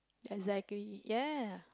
exactly ya